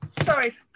sorry